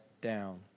down